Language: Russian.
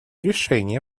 решения